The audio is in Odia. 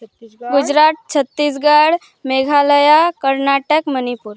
ଗୁଜୁରାଟ ଛତିଶଗଡ଼ ମେଘାଳୟ କର୍ଣ୍ଣାଟକ ମଣିପୁର